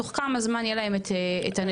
בתוך כמה זמן יהיו להם הנתונים עצמם?